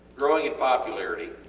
growing in popularity